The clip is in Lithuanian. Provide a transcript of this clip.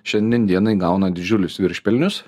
šiandien dienai gauna didžiulius viršpelnius